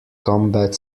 combat